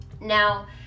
now